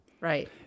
right